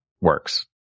works